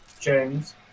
James